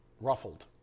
ruffled